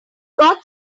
got